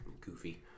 Goofy